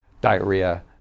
diarrhea